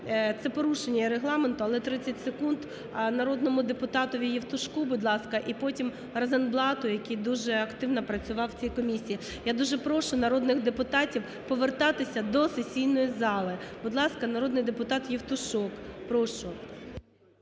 це порушення Регламенту, але 30 секунд народному депутатові Євтушку, будь ласка, і потім Розенблату, який дуже активно працював у цій комісії. Я дуже прошу народних депутатів повертатися до сесійної зали. Будь ласка, народний депутат Євтушок, прошу.